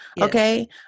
okay